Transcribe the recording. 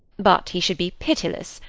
but he should be pitiless,